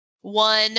one